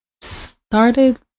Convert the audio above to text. started